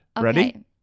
Ready